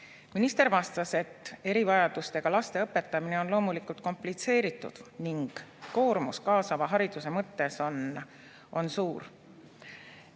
Minister vastas, et erivajadustega laste õpetamine on loomulikult komplitseeritud ning koormus kaasava hariduse mõttes on suur.